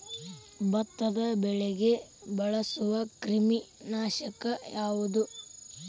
ಭತ್ತದ ಬೆಳೆಗೆ ಬಳಸುವ ಕ್ರಿಮಿ ನಾಶಕ ಯಾವುದು?